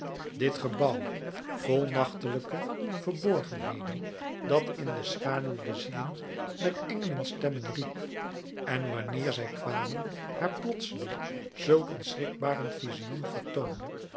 dit gebouw vol nachtelijke verborgenheden dat in de schaduw de zielen met engelenstemmen riep en wanneer zij kwamen haar plotseling zulk een schrikbarend visioen vertoonde